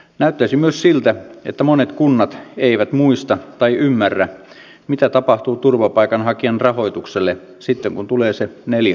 näyttäisi myös siltä että monet kunnat eivät muista tai ymmärrä mitä tapahtuu turvapaikanhakijan rahoitukselle sitten kun tulee se neljäs vuosi